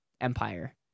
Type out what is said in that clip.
empire